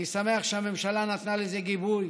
אני שמח שהממשלה נתנה לזה גיבוי